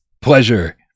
pleasure